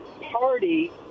party